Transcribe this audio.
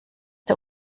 der